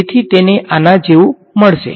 તેથી તેને આના જેવુ મળશે